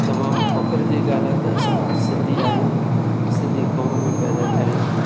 तमामु फ़ख्रु जी ॻाल्हि आहे त असां सिंधी आहियूं सिंधी कौम में पैदा थिया आहियूं